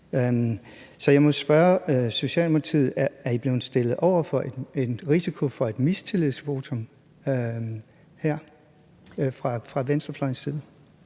Så jeg må spørge Socialdemokratiet: Er I blevet stillet over for en risiko for et mistillidsvotum her fra venstrefløjens side?